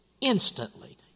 instantly